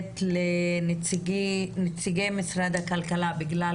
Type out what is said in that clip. לאפשר לנציגי משרד הכלכלה לדבר,